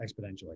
exponentially